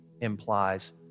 implies